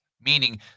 meaning